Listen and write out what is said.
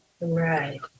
Right